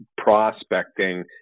prospecting